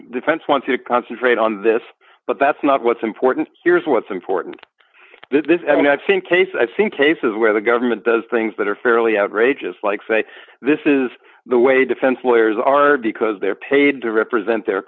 defense wants to concentrate on this but that's not what's important here is what's important this and i think case i think cases where the government does things that are fairly outrageous like say this is the way defense lawyers are because they're paid to represent their